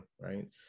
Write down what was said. right